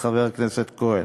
חבר הכנסת כהן,